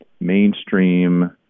mainstream